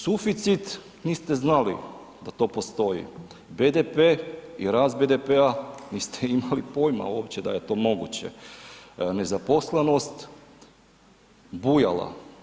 Suficit niste znali da to postoji, BDP i rast BDP-a niste imali pojma uopće da je to moguće, nezaposlenost bujala.